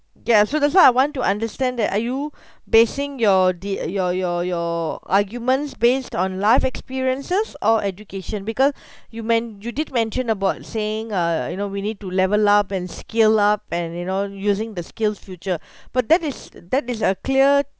ya so that's why I want to understand that are you basing your di~ your your your arguments based on life experiences or education because you men~ you did mention about saying uh you know we need to level up and scale up and you know using the skill-future but that is that is a clear